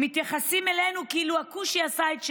מתייחסים אלינו כאילו הכושי עשה את שלו,